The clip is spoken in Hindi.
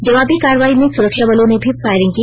जवाबी कार्रवाई में सुरक्षाबलों ने भी फायरिंग की